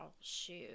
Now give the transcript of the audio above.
shoe